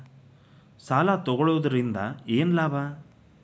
ಸಾಲ ತಗೊಳ್ಳುವುದರಿಂದ ಏನ್ ಲಾಭ?